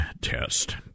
test